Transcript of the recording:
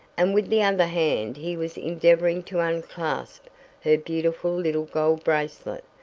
and with the other hand he was endeavoring to unclasp her beautiful little gold bracelet.